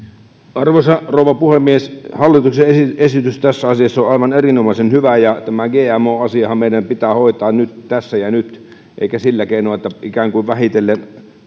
arvoisa rouva puhemies hallituksen esitys tässä asiassa on aivan erinomaisen hyvä ja tämä gmo asiahan meidän pitää hoitaa tässä ja nyt eikä sillä keinoin että ikään kuin vähitellen